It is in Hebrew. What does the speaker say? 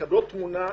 מקבלות תמונה.